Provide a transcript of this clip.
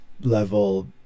level